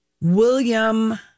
William